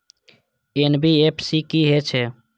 NBFC की हे छे?